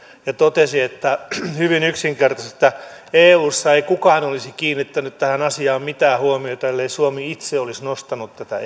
hän totesi hyvin yksinkertaisesti että eussa ei kukaan olisi kiinnittänyt tähän asiaan mitään huomiota ellei suomi itse olisi nostanut tätä